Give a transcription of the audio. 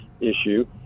issue